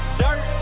dirt